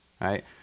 Right